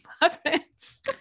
muffins